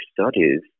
studies